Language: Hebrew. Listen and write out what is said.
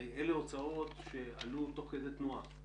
הרי אלה הוצאות שעלו תוך כדי תנועה.